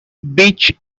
beach